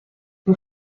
این